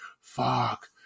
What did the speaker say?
Fuck